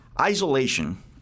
isolation